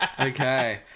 Okay